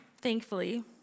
thankfully